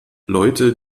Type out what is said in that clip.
leute